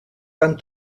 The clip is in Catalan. van